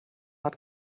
hat